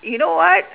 you know what